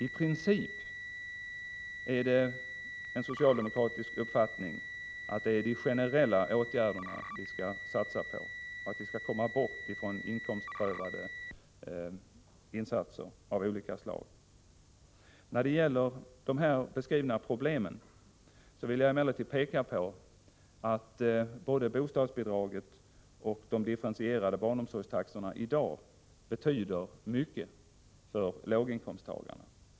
I princip är det en socialdemokratisk uppfattning att vi skall satsa på de generella åtgärderna och att vi skall bort från inkomstprövade insatser av olika slag. När det gäller de här beskrivna problemen vill jag emellertid peka på att både bostadsbidraget och de differentierade barnomsorgstaxorna i dag betyder mycket för låginkomsttagarna.